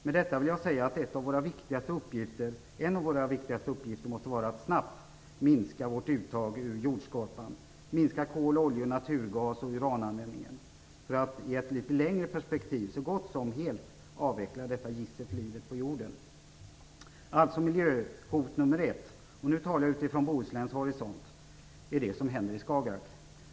Med detta vill jag säga att en av våra viktigaste uppgifter måste vara att snabbt minska vårt uttag ur jordskorpan, minska kol-, olje-, naturgas och urananvändningen, för att i ett litet längre perspektiv så gott som helt avveckla detta gissel för livet på jorden. Alltså: Miljöhot nr 1 - och nu talar jag utifrån Bohusläns horisont - är det som händer med Skagerrak.